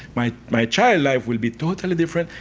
my my child life will be totally different.